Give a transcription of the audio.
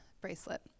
bracelet